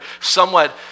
somewhat